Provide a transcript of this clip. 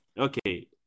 okay